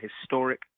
historic